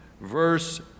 verse